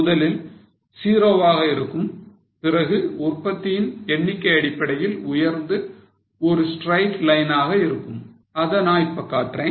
முதலில் 0 வாக இருக்கும் பிறகு உற்பத்தியின் எண்ணிக்கை அடிப்படையில் உயர்ந்து ஒரு straight line னாக இருக்கும் அத நான் இப்ப காட்டுறேன்